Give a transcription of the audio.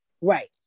Right